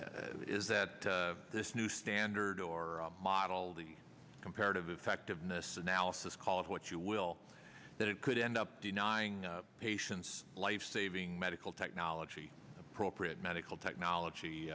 is that this new standard or model the comparative effectiveness analysis call it what you will that it could end up denying patients life saving medical technology appropriate medical technolog